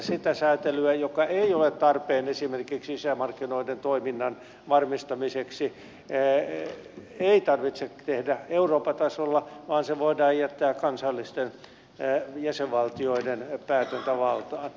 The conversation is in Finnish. sitä säätelyä joka ei ole tarpeen esimerkiksi sisämarkkinoiden toiminnan varmistamiseksi ei tarvitse tehdä euroopan tasolla vaan se voidaan jättää kansallisten jäsenvaltioiden päätäntävaltaan